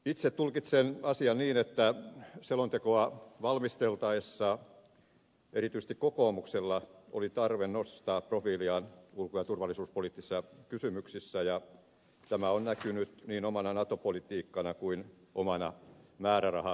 itse tulkitsen asian niin että selontekoa valmisteltaessa erityisesti kokoomuksella oli tarve nostaa profiiliaan ulko ja turvallisuuspoliittisissa kysymyksissä ja tämä on näkynyt niin omana nato politiikkana kuin omana määrärahalinjana